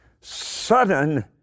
Sudden